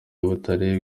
butare